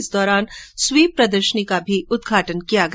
इस दौरान स्वीप प्रदर्शनी का भी उदघाटन किया किया